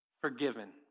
Forgiven